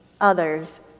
Others